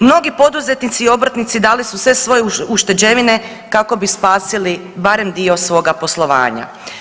Mnogi poduzetnici i obrtnici dali su sve svoje ušteđevine kako bi spasili barem dio svoga poslovanja.